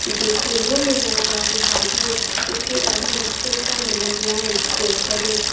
जेके न मिलण वारियूं भाॼियूं हिते ॾाढी मुश्किल सां मिलंदियूं आहिनि जंहिं करे